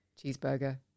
cheeseburger